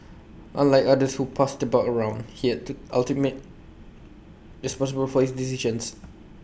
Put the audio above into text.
unlike others who passed the buck around he had to ultimate responsibility for his decisions